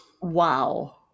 Wow